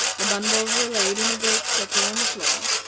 the bundles were laid in a great circle on the floor,